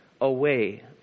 away